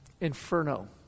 inferno